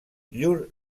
llur